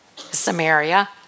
Samaria